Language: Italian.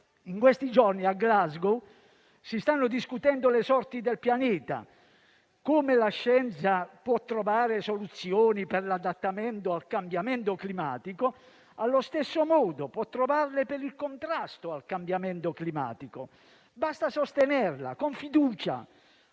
in questi giorni a Glasgow si stanno discutendo le sorti del pianeta. Come la scienza può trovare soluzioni per l'adattamento al cambiamento climatico, allo stesso modo può trovarle per il contrasto al cambiamento climatico: basta sostenerla, con fiducia.